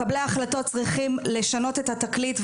מקבלי ההחלטות צריכות לשנות את התקליט,